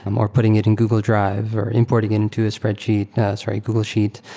um or putting it in google drive, or importing it into a spreadsheet sorry, google sheet.